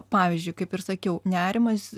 pavyzdžiui kaip ir sakiau nerimas